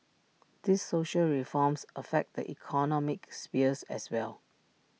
these social reforms affect the economic sphere as well